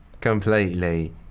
Completely